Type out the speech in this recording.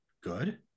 good